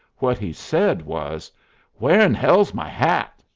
what he said was where'n hell's my hat?